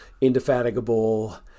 indefatigable